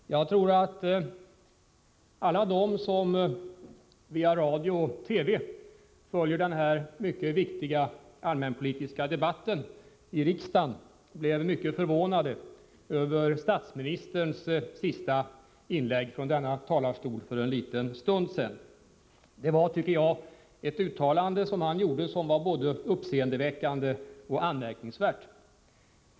Fru talman! Jag tror att alla de som via radio och TV följer den här mycket viktiga allmänpolitiska debatten i riksdagen blev mycket förvånade över statsministerns sista inlägg från denna talarstol för en liten stund sedan. Uttalandet var, tycker jag, både uppseendeväckande och anmärkningsvärt.